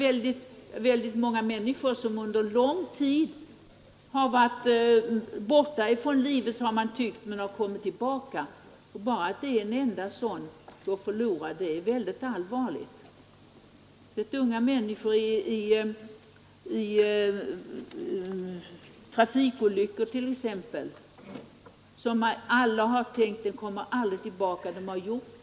Men det finns exempel på människor som under mycket lång tid har varit till synes hjärndöda men kommit tillbaka till livet, och om en enda sådan människa går förlorad genom en för tidig dödförklaring är det någonting mycket allvarligt.